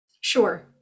sure